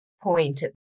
point